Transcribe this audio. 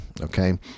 Okay